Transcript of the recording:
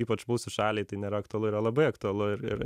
ypač mūsų šaliai tai nėra aktualu yra labai aktualu ir ir